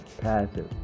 Passive